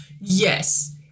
Yes